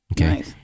Okay